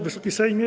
Wysoki Sejmie!